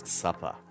supper